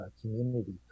community